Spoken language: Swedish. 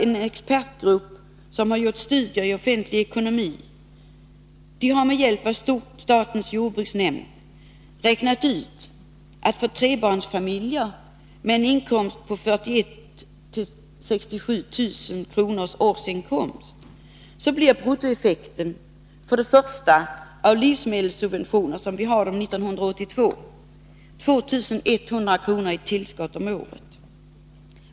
En expertgrupp som har gjort studier i offentlig ekonomi har med hjälp av statens jordbruksnämnd räknat ut att för trebarnsfamiljer med en inkomst på 41 000-67 000 kr. per år blir resultatet följande: För det första ger livsmedelssubventionerna som de ser ut 1982 brutto 2100 kr. i tillskott för ett år.